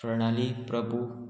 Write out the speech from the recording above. Pranali Prabhu